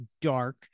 dark